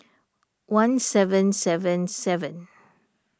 one seven seven seven